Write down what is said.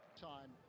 time